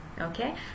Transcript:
Okay